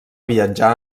viatjar